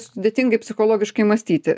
sudėtingai psichologiškai mąstyti